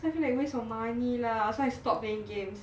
tapi waste of money lah so I stop playing games